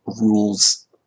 rules